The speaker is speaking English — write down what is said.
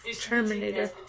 Terminator